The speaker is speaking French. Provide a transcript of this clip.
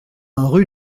rue